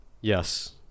Yes